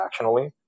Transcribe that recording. transactionally